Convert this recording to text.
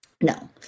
No